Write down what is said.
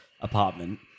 apartment